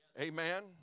Amen